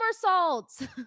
Somersaults